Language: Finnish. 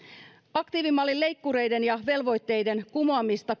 aktiivimallin leikkureiden ja velvoitteiden kumoamista